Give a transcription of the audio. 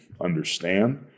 understand